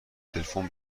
تلفن